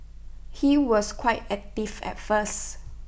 he was quite active at first